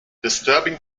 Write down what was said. disturbing